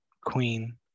queen